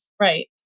Right